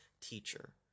teacher